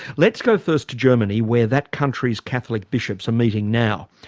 let's go first to germany where that country's catholic bishops are meeting now.